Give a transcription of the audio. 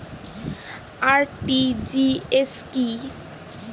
RTGS কি?